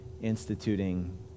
instituting